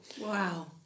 Wow